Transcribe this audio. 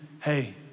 hey